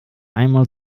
einmal